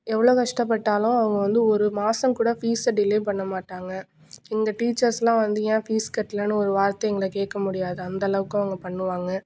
எவ்வளோ கஷ்டப்பட்டாலும் அவங்க வந்து ஒரு மாசம் கூட ஃபீஸை டிலே பண்ண மாட்டாங்க எங்கள் டீச்சர்ஸெலாம் வந்து ஏன் ஃபீஸ் கட்டலன்னு ஒரு வார்த்தை எங்களை கேட்க முடியாது அந்த அளவுக்கு அவங்க பண்ணுவாங்க